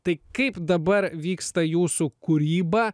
tai kaip dabar vyksta jūsų kūryba